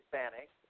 Hispanic